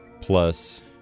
plus